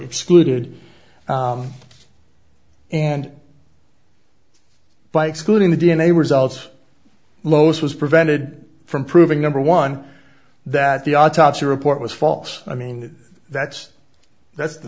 excluded and by excluding the d n a results lois was prevented from proving number one that the autopsy report was false i mean that's that's